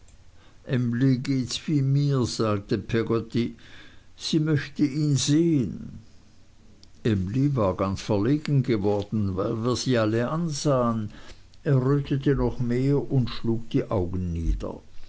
mir sagte peggotty sie möchte ihn sehen emly war ganz verlegen geworden weil wir sie alle ansahen errötete noch mehr und schlug die augen nieder